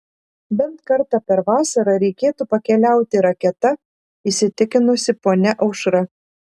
bent kartą per vasarą reikėtų pakeliauti raketa įsitikinusi ponia aušra